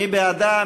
מי בעדה?